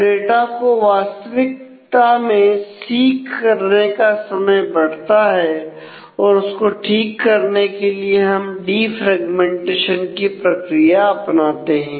तो डाटा को वास्तविकता में सीक प्रक्रिया अपनाते हैं